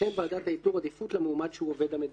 תיתן ועדת האיתור עדיפות למועמד שהוא עובד המדינה."